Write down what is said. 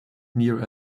near